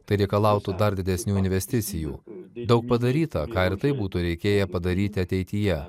tai reikalautų dar didesnių investicijų daug padaryta ką ir taip būtų reikėję padaryti ateityje